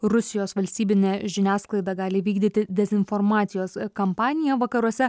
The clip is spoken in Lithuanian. rusijos valstybinė žiniasklaida gali vykdyti dezinformacijos kampaniją vakaruose